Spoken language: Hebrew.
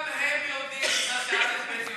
גם הם יודעים את מה שא.ב.